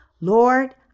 Lord